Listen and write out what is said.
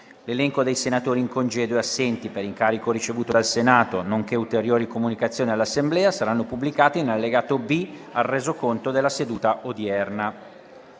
L'elenco dei senatori in congedo e assenti per incarico ricevuto dal Senato, nonché ulteriori comunicazioni all'Assemblea saranno pubblicati nell'allegato B al Resoconto della seduta odierna.